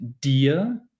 dir